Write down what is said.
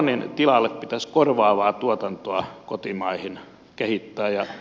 tuonnin tilalle pitäisi korvaavaa tuotantoa kotimaahan kehittää